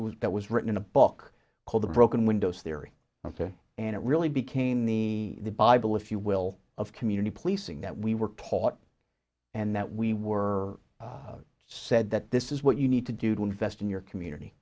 that was written a book called the broken windows theory and it really became the bible if you will of community policing that we were taught and that we were said that this is what you need to do to invest in your community